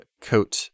coat